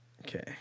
Okay